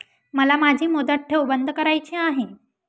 मला माझी मुदत ठेव बंद करायची आहे